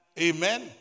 Amen